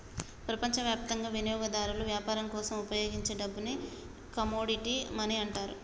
ప్రపంచవ్యాప్తంగా వినియోగదారులు వ్యాపారం కోసం ఉపయోగించే డబ్బుని కమోడిటీ మనీ అంటారు